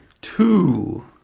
two